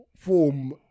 Form